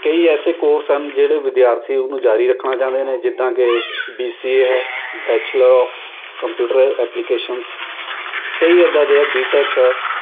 ਕਈ ਐਸੇ ਕੌਰਸ ਹਨ ਜਿਹੜੇ ਵਿਦਿਆਰਥੀ ਉਹਨੂੰ ਜਾਰੀ ਰੱਖਣਾ ਚਾਹੁੰਦੇ ਨੇ ਜਿੱਦਾਂ ਕਿ ਬੀ ਸੀ ਏ ਹੈ ਬੈਚਲਰ ਔਫ ਕੰਪਿਊਟਰ ਐਪਲੀਕੇਸ਼ਨਸ ਕਈ ਇੱਦਾਂ ਦੇ ਹੈ ਬੀ ਟੈਕ ਹੈ